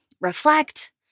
reflect